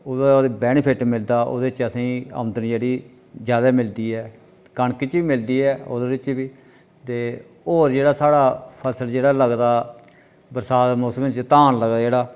ओह्दा बैनिफेट मिलदा ओह्दे च असें गी औंदन जेह्ड़ी जैदा मिलदी ऐ कनक च बी मिलदी ऐ ओह्दे बिच बी ते होर जेह्ड़ा साढ़ा फसल जेह्ड़ा बरसांत दे मौसम च धान लगदा जेह्ड़ा